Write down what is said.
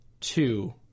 two